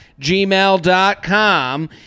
gmail.com